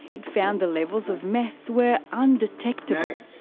it found the levels of meth were undetectable.